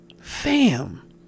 fam